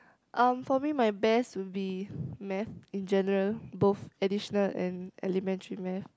um for me my best would be math in general both additional and elementary math